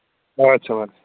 अच्छा माराज